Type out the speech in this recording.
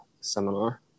seminar